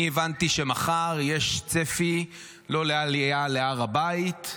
אני הבנתי שמחר יש צפי לא לעלייה להר הבית,